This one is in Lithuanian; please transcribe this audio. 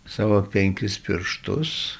savo penkis pirštus